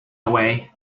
away